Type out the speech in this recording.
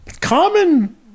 common